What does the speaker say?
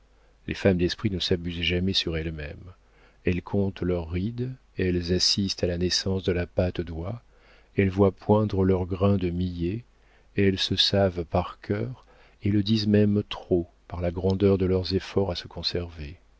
les femmes d'esprit ne s'abusent jamais sur elles-mêmes elles comptent leurs rides elles assistent à la naissance de la patte d'oie elles voient poindre leurs grains de millet elles se savent par cœur et le disent même trop par la grandeur de leurs efforts à se conserver